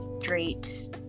straight